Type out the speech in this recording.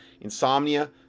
insomnia